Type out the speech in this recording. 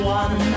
one